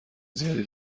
زیادی